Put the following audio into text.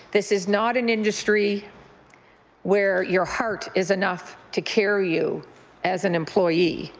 this is not an industry where your heart is enough to carry you as an employee.